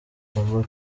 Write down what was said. avuga